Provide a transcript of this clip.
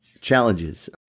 challenges